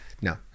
no